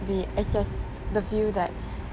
be assess the view that